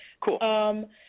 Cool